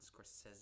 Scorsese